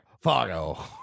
Fargo